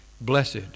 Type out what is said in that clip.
blessed